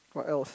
what else